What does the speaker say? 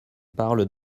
parle